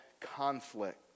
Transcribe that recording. conflict